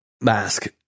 mask